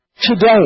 Today